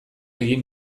egin